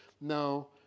No